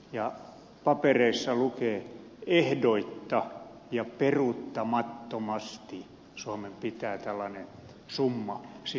ja papereissa lukee että ehdoitta ja peruuttamattomasti suomen pitää tällainen summa sinne lähettää